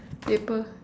paper